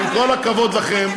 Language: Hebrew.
עם כל הכבוד לכם,